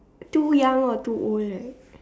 too young or too old right